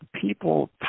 People